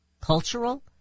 cultural